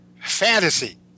fantasy